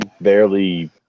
barely